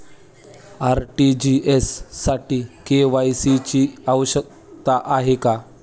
RTGS साठी KYC ची आवश्यकता आहे का?